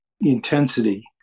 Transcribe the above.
intensity